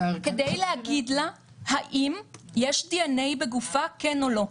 כדי להגיד לה האם יש דנ"א בגופה, כן או לא.